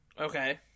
Okay